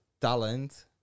talent